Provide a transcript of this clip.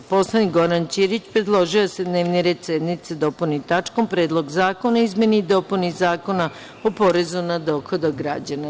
Narodni poslanik Goran Ćirić predložio je da se dnevni red sednice dopuni tačkom – Predlog zakona o izmeni i dopuni Zakona o porezu na dohodak građana.